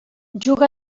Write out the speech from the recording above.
juga